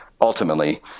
ultimately